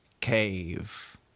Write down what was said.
cave